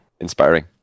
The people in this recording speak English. Inspiring